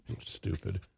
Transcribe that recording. Stupid